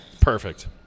Perfect